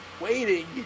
waiting